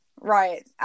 Right